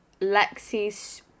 Lexi's